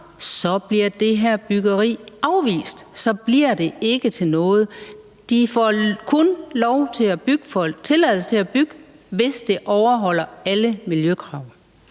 så bliver det her byggeri afvist, og så bliver det ikke til noget? De får kun tilladelse til at bygge, hvis byggeriet overholder alle miljøkrav.